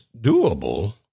doable